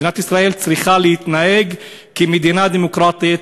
מדינת ישראל צריכה להתנהג כמדינה דמוקרטית,